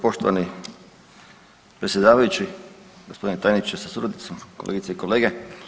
Poštovani predsjedavajući, gospodine tajniče sa suradnicom, kolegice i kolege.